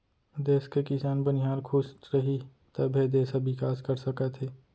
देस के किसान, बनिहार खुस रहीं तभे देस ह बिकास कर सकत हे